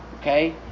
okay